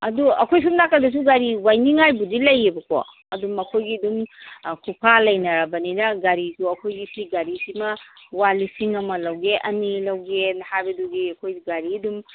ꯑꯗꯣ ꯑꯩꯈꯣꯏ ꯁꯣꯝꯅꯥꯀꯟꯗꯁꯨ ꯒꯥꯔꯤ ꯋꯥꯏꯅꯤꯡꯉꯥꯏꯕꯨꯗꯤ ꯂꯩꯌꯦꯕꯀꯣ ꯑꯗꯨꯝ ꯑꯩꯈꯣꯏꯒꯤ ꯑꯗꯨꯝ ꯈꯨꯐꯥ ꯂꯩꯅꯔꯕꯅꯤꯅ ꯒꯥꯔꯤꯁꯨ ꯑꯩꯈꯣꯏꯒꯤ ꯁꯤ ꯒꯥꯔꯤꯁꯤ ꯑꯃ ꯋꯥ ꯂꯤꯁꯤꯡ ꯑꯃ ꯂꯧꯒꯦ ꯑꯅꯤ ꯂꯧꯒꯦꯅ ꯍꯥꯏꯕꯗꯨꯒꯤ ꯑꯩꯈꯣꯏ ꯒꯥꯔꯤ ꯑꯗꯨꯝ